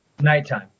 nighttime